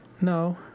No